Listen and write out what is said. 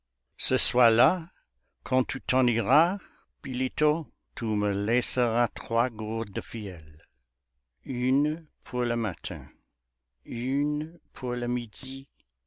ce soir-là quand tu t'en iras bilitô tu me laisseras trois gourdes de fiel une pour le matin une pour le midi